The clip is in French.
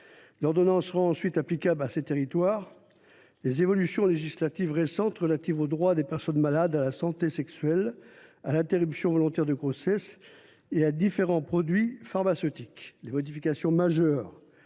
L’ordonnance rend ensuite applicables à ces territoires les évolutions législatives récentes relatives aux droits des personnes malades, à la santé sexuelle, à l’interruption volontaire de grossesse et à différents produits pharmaceutiques. Les modifications majeures